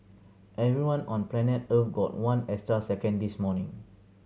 everyone on planet Earth got one extra second this morning